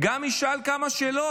גם ישאל כמה שאלות?